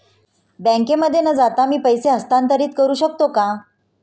बँकेमध्ये न जाता मी पैसे हस्तांतरित करू शकतो का?